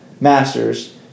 Masters